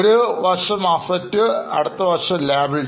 ഒരു side Assets ആണ്